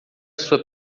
sua